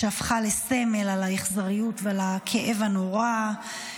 שהפך לסמל לאכזריות ולכאב הנורא.